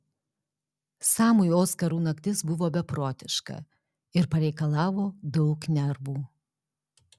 samui oskarų naktis buvo beprotiška ir pareikalavo daug nervų